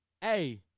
Hey